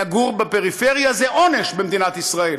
לגור בפריפריה זה עונש במדינת ישראל.